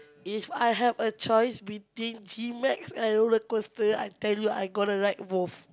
if I have a choice between G-Max and roller-coaster I tell you I gonna ride both